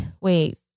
wait